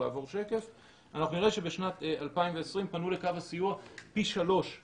אנחנו נראה שבשנת 2020 פנו לקו הסיוע פי שלושה